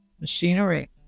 machinery